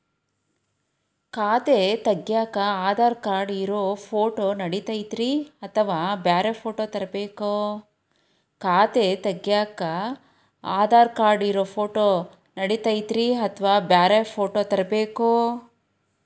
ಖಾತೆ ತಗ್ಯಾಕ್ ಆಧಾರ್ ಕಾರ್ಡ್ ಇರೋ ಫೋಟೋ ನಡಿತೈತ್ರಿ ಅಥವಾ ಬ್ಯಾರೆ ಫೋಟೋ ತರಬೇಕೋ?